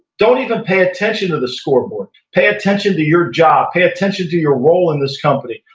don't even pay attention to the score board. pay attention to your job. pay attention to your role in this company.